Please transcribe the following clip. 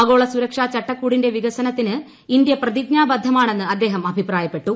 ആരോള സുരക്ഷാ ചട്ടക്കൂടിന്റെ വികസനത്തിന് ഇന്ത്യ പ്രതിജ്ഞ്ഞാബ്ദ്ധമാണെന്ന് അദ്ദേഹം അഭിപ്രായപ്പെട്ടു